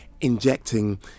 injecting